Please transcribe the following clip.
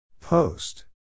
Post